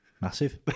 massive